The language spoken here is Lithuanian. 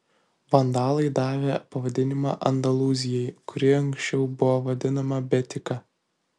vandalai davė pavadinimą andalūzijai kuri anksčiau buvo vadinama betika